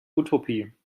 utopie